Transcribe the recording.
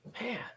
Man